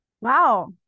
Wow